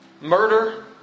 murder